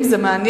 אם זה מעניין,